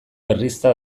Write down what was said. berrizta